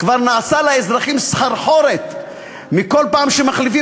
כבר נעשה לאזרחים סחרחורת מכל פעם שמחליפים